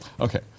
Okay